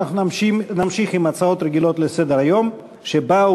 אנחנו נמשיך עם הצעות רגילות לסדר-היום שבאו,